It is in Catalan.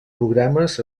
programes